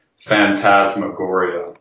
phantasmagoria